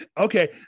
Okay